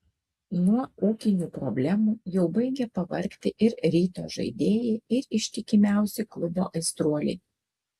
nuo ūkinių problemų jau baigia pavargti ir ryto žaidėjai ir ištikimiausi klubo aistruoliai